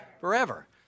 Forever